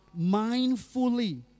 mindfully